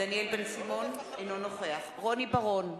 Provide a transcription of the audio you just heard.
אינו נוכח רוני בר-און,